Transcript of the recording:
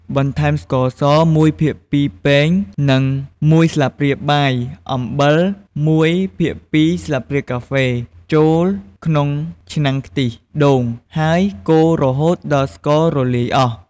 បន្ថែមស្ករស ១ភាគ២ ពែង និង ១ ស្លាបព្រាបាយ អំបិល ១ភាគ២ ស្លាបព្រាកាហ្វេ ចូលក្នុងឆ្នាំងខ្ទិះដូង ហើយកូររហូតដល់ស្កររលាយអស់។